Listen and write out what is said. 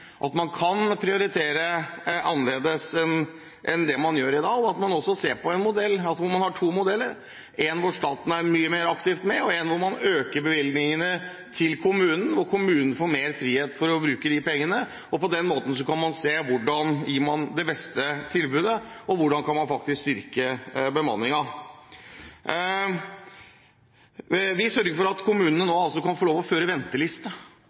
at man kan prioritere annerledes enn det man gjør i dag, og at man også ser på en modell hvor man har to modeller, én hvor staten er mye mer aktivt med, og én hvor man øker bevilgningene til kommunene og kommunene får mer frihet til å bruke disse pengene. På den måten kan man se hvordan man kan gi det beste tilbudet, og hvordan man kan styrke bemanningen. Vi sørger for at kommunene nå kan få lov til å føre venteliste.